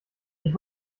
ich